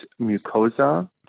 mucosa